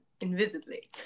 invisibly